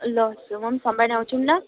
ल म पनि सोमवारै आउँछु नि ल